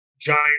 giant